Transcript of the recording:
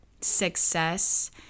success